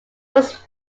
was